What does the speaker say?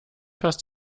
passt